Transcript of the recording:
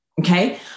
okay